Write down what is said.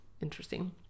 Interesting